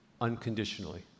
unconditionally